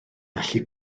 allu